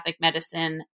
medicine